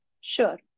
Sure